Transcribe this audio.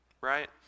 right